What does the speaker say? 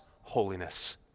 holiness